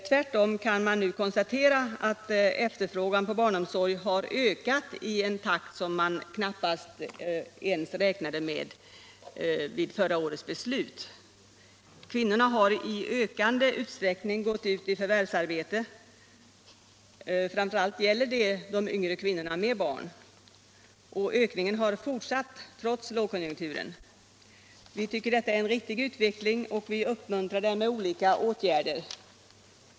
Tvärtom kan man nu konstatera att efterfrågan på barnomsorg har ökat i en takt som man knappast räknade med vid förra årets beslut. Kvinnorna har i ökande utsträckning gått ut i förvärvsarbete; framför allt gäller det de yngre kvinnorna med barn. Ökningen har fortsatt trots lågkonjunkturen. Vi tycker att detta är en naturlig utveckling och vi uppmuntrar den med olika åtgärder.